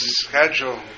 schedule